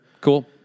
Cool